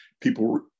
people